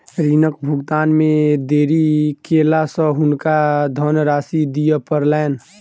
ऋणक भुगतान मे देरी केला सॅ हुनका धनराशि दिअ पड़लैन